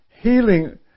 healing